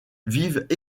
vivent